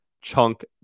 chunk